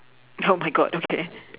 oh my god okay